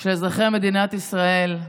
של אזרחי מדינת ישראל.